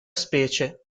specie